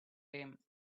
lame